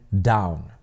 down